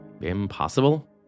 impossible